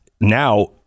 now